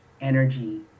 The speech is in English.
energy